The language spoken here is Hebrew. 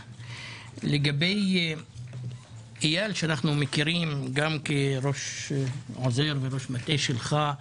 לגבי אייל, שאנחנו מכירים גם כעוזר וראש מטה שלך,